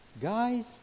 guys